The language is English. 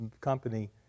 company